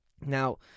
Now